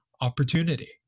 opportunity